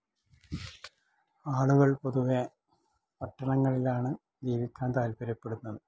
ആളുകൾ പൊതുവേ പട്ടണങ്ങളിലാണ് ജീവിക്കാൻ താല്പര്യപ്പെടുന്നത്